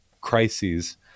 crises